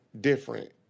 different